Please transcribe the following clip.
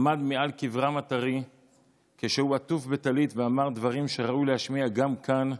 עמד מעל קברם הטרי כשהוא עטוף בטלית ואמר דברים שראוי להשמיע גם כאן,